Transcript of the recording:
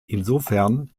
insofern